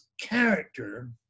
character